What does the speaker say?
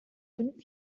fünf